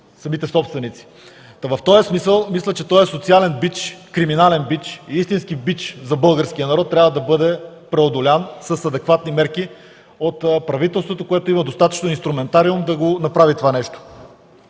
бъдат откраднати,. В този смисъл мисля, че този социален, криминален бич е истински бич на българския народ и трябва да бъде преодолян с адекватни мерки от правителството, което има достатъчно инструментариум да направи това.